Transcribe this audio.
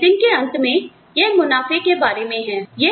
तो एक दिन के अंत में यह मुनाफे के बारे में है